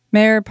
Mayor